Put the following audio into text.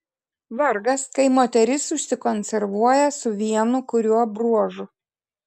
vargas kai moteris užsikonservuoja su vienu kuriuo bruožu